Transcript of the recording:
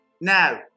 Now